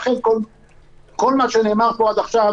לכן כל מה שנאמר פה עד עכשיו